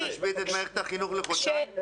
היא תשבית את מערכת החינוך לחודשיים?